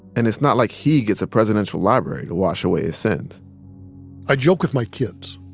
and it's not like he gets a presidential library to wash away his sins i joke with my kids,